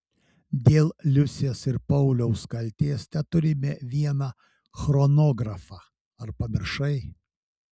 dėl liusės ir pauliaus kaltės teturime vieną chronografą ar pamiršai